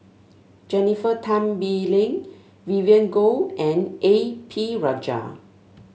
Jennifer Tan Bee Leng Vivien Goh and A P Rajah